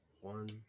one